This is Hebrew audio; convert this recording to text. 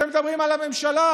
אתם מדברים על הממשלה,